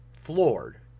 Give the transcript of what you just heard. Floored